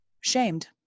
shamed